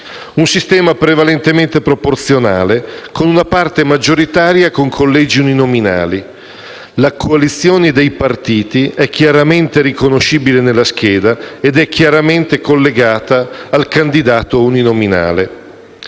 Un sistema prevalentemente proporzionale, con una parte maggioritaria con collegi uninominali: la coalizione dei partiti è chiaramente riconoscibile nella scheda ed è chiaramente collegata al candidato uninominale.